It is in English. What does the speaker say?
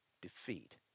defeat